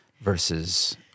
Versus